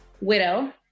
widow